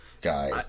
guy